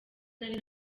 nari